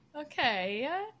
Okay